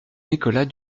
nicolas